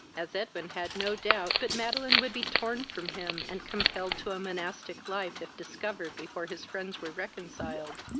as edwin had no doubt but madeline would be torn from him, and compelled to a monastic life, if discovered before his friends were reconciled,